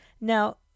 Now